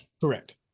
Correct